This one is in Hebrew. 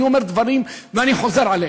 אני אומר דברים ואני חוזר עליהם.